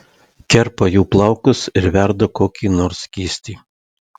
kerpa jų plaukus ir verda kokį nors skystį